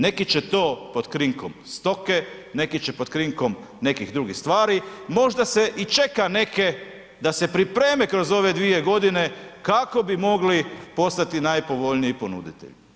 Neki će to pod krinkom stoke, neki će pod krinkom nekih drugih stvari, možda se i čeka neke da se pripreme kroz ove dvije godine kako bi mogli postati najpovoljniji ponuditelji.